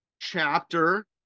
chapter